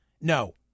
No